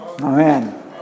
Amen